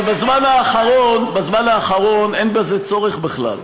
אבל בזמן האחרון אין בזה צורך בכלל.